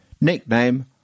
Nickname